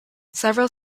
several